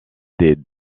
des